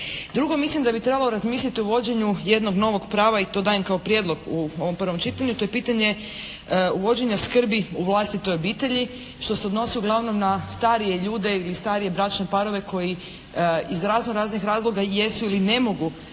Drugo, mislim da bi trebalo razmisliti o uvođenju jednog novog prava i to dajem kao prijedlog u ovom prvom čitanju. To je pitanje uvođenja skrbi u vlastitoj obitelji što se odnosi uglavnom na starije ljude i starije bračne parove koji iz razno raznih razloga jesu ili ne mogu